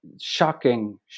shocking